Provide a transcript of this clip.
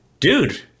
Dude